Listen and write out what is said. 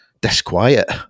disquiet